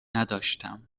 نداشتم